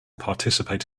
participate